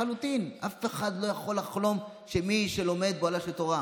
לחלוטין אף אחד לא יכול לחלום שמי שלומד באוהלה של תורה,